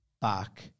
back